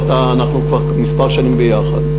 ואנחנו כבר כמה שנים ביחד,